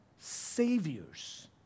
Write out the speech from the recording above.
saviors